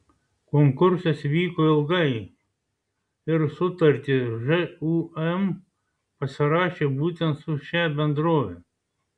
konkursas vyko ilgai ir sutartį žūm pasirašė būtent su šia bendrove